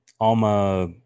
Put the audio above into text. Alma